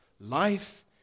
life